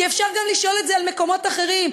כי אפשר לשאול את זה על מקומות אחרים,